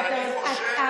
אז אני חושב,